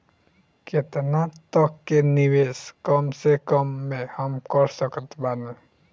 केतना तक के निवेश कम से कम मे हम कर सकत बानी?